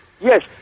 Yes